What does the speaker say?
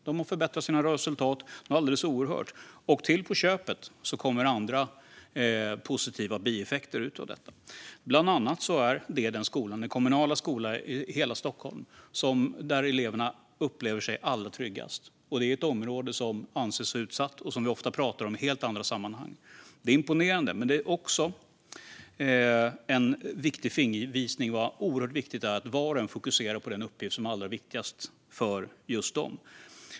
De har förbättrat sina resultat något alldeles oerhört, och till på köpet kommer andra positiva bieffekter av detta. Bland annat är detta den kommunala skola i hela Stockholm där eleverna upplever sig som allra tryggast, och detta är i ett område som anses vara utsatt och som vi ofta pratar om i helt andra sammanhang. Det är imponerande, men det är också en viktig fingervisning om hur oerhört viktigt det är att var och en fokuserar på den uppgift som är allra viktigast för den.